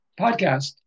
podcast